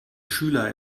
schüler